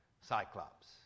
Cyclops